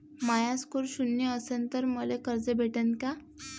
माया score शून्य असन तर मले कर्ज भेटन का?